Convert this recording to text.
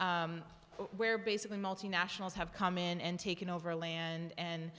of where basically multinationals have come in and taken over land and